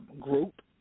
group